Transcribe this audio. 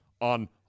On